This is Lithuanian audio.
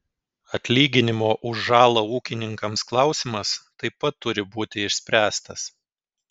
atlyginimo už žalą ūkininkams klausimas taip pat turi būti išspręstas